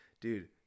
Dude